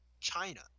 China